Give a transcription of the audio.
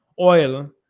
oil